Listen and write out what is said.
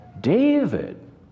David